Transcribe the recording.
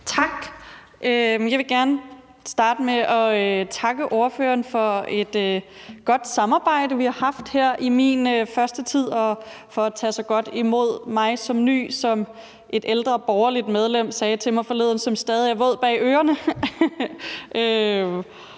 Tak. Jeg vil gerne starte med at takke ordføreren for et godt samarbejde, vi har haft her i min første tid, og for at tage så godt imod mig som ny og, som et ældre borgerligt medlem sagde til mig forleden, stadig våd bag ørerne.